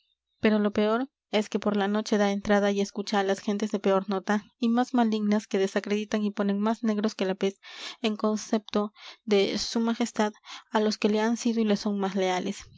pero lo peor es que por la noche da entrada y escucha a las gentes de peor nota y más malignas que desacreditan y ponen más negros que la pez en concepto de s m a los que le han sido y le son más leales